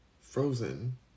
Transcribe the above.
Frozen